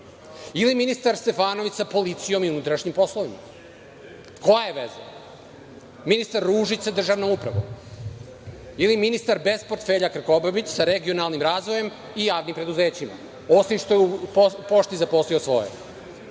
Ili ministar Stefanović sa policijom i unutrašnjim poslovima? Koje veze? Ili ministar Ružić sa državnom upravom? Ili ministar bez portfelja Krkobabić sa regionalnim razvojem i javnim preduzećima, osim što je u „Pošti“ zaposlio svoje?